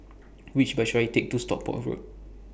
Which Bus should I Take to Stockport Road